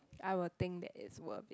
I will think that it's worth it